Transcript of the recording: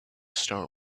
star